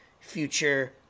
future